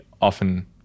often